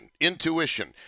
intuition